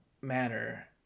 manner